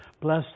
bless